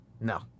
No